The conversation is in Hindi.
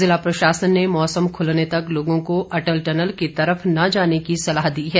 जिला प्रशासन ने मौसम खुलने तक लोगों को अटल टनल की तरफ न जाने की सलाह दी है